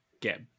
get